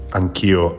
anch'io